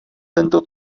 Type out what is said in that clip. tento